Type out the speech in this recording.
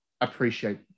appreciate